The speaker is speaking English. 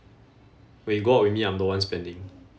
when you go out with me I'm the one spending